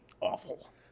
awful